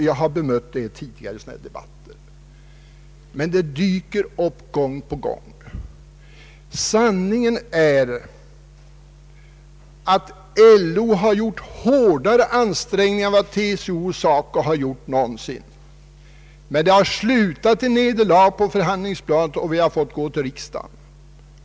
Jag har bemött detta påstående i debatter tidigare, men det dyker upp gång på gång. Sanningen är att LO gjort hårdare ansträngningar än vad TCO och SACO någonsin gjort, men det har slu tat med nederlag på förhandlingsplanet, och därför har vi fått gå till riksdagen.